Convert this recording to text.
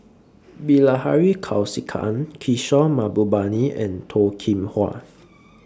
Bilahari Kausikan Kishore Mahbubani and Toh Kim Hwa